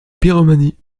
birmanie